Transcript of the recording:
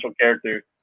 character